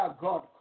God